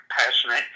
passionate